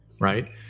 right